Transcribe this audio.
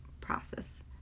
process